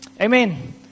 amen